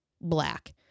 black